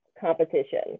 competition